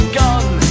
gone